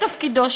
במסגרת תפקידו,